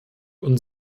und